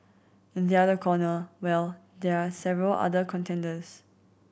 in the other corner well there are several other contenders